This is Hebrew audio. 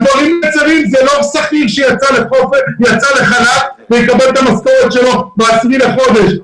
זה לא מישהו שיצא לחל"ת ויקבל את המשכורת שלו ב-10 בחודש.